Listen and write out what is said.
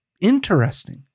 interesting